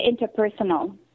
interpersonal